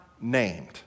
named